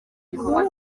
gikorwa